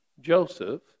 Joseph